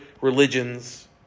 religions